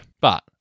but-